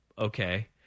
Okay